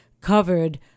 covered